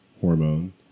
hormone